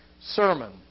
sermon